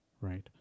right